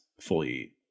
fully